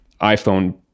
iPhone